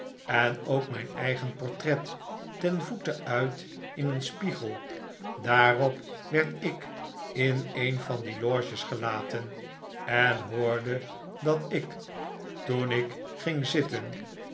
en ook mijn eigen portret ten voeten uit in een spiegel daarop werd ik in een van die loges gelaten en hoorde dat ik toen ik ging zitten